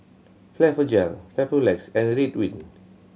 Blephagel Papulex and Ridwind